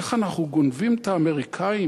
איך אנחנו גונבים את האמריקנים,